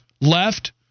left